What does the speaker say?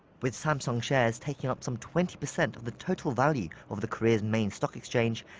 with samsung shares taking up some twenty percent of the total value of the korea's main stock exchange,